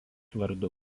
vardu